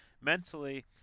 mentally –